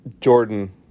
Jordan